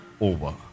over